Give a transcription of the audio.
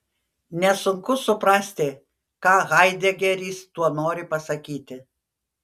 nesunku suprasti ką haidegeris tuo nori pasakyti